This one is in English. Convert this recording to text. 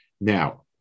Now